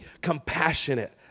compassionate